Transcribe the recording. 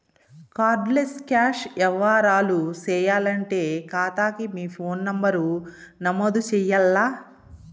card less cash యవ్వారాలు సేయాలంటే కాతాకి మీ ఫోను నంబరు నమోదు చెయ్యాల్ల